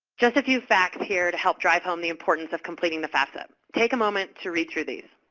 just a few facts here to help drive home the importance of completing the fafsa. take a moment to read through these.